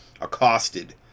accosted